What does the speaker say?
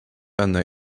hannah